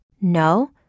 No